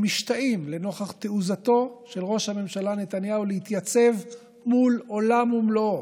הם משתאים לנוכח תעוזתו של ראש הממשלה נתניהו להתייצב מול עולם ומלואו,